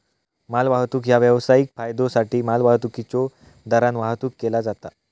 मालवाहतूक ह्या व्यावसायिक फायद्योसाठी मालवाहतुकीच्यो दरान वाहतुक केला जाता